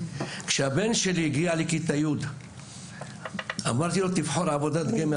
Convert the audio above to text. כשהבן שלי הגיע לכיתה י' אמרתי לו שיבחר עבודת גמר